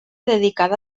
dedicada